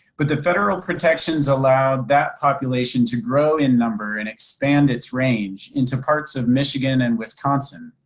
but the federal protections allowed that population to grow in number and expand its range into parts of michigan and wisconsin.